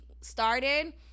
started